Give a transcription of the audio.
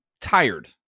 tired